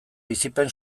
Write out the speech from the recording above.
bizipen